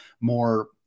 more